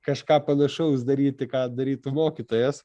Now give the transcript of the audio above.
kažką panašaus daryti ką darytų mokytojas